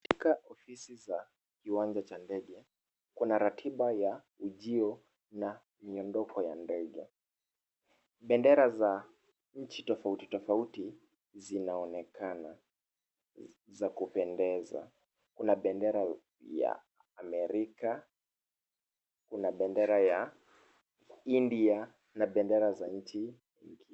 Ni katika ofisi za kiwanja cha ndege, kuna ratiba ya ujio na miondoko ya ndege. Bendera za nchi tofauti tofauti zinaonekana za kupendeza. Kuna bendera ya Amerika, bendera ya India na bendera za nchi zingine.